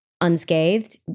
unscathed